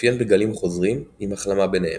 המתאפיין בגלים חוזרים עם החלמה ביניהם.